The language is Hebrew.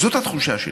זו התחושה שלי.